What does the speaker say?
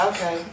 Okay